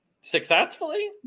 successfully